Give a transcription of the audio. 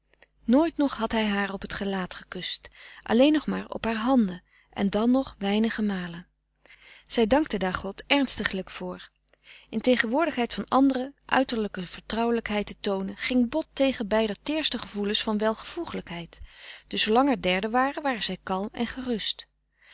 nog had hij haar op t gelaat gekust alleen nog maar op haar handen en dan nog weinige malen zij dankte daar god ernstiglijk voor in tegenwoordigheid van anderen uiterlijke vertrouwelijkheid te toonen ging bot tegen beider teerste gevoelens van welvoegelijkheid dus zoolang er derden waren waren zij kalm en gerust